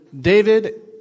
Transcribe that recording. David